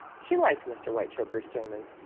she liked mr. whitechoker's sermons,